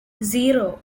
zero